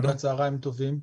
תודה, צוהריים טובים.